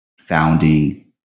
founding